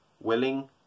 willing